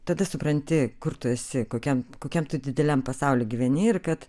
tada supranti kur tu esi kokiam kokiam dideliam pasauly gyveni ir kad